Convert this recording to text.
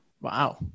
Wow